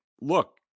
look